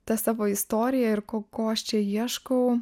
tą savo istoriją ir ko ko aš čia ieškau